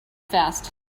fast